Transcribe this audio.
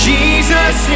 Jesus